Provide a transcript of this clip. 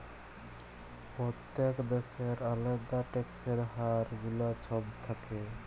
প্যত্তেক দ্যাশের আলেদা ট্যাক্সের হার গুলা ছব থ্যাকে